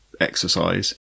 exercise